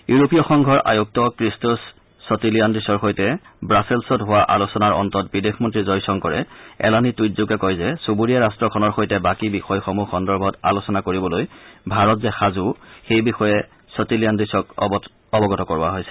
ইউৰোপীয় সংঘৰ আয়ুক্ত ক্ৰিষ্টোছ ছটিলিয়াণ্ডিসৰ সৈতে হোৱা ৱাছেল্ছত হোৱা আলোচনাৰ অন্তত বিদেশমন্ত্ৰী জয়শংকৰে এলানি টুইটযোগে কয় যে চুবুৰীয়া ৰাষ্টখনৰ সৈতে বাকী বিষয়সমূহ সন্দৰ্ভত আলোচনা কৰিবলৈ ভাৰত যে সাজূ সেই বিষয়ে ছটিলিয়াণ্ডিসক অৱগত কৰোৱা হৈছে